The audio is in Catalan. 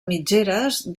mitgeres